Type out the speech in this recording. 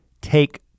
take